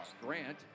Grant